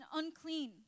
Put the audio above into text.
unclean